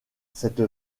cette